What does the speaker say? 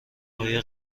آیا